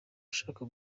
ushaka